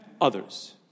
Others